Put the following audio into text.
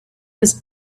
was